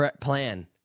plan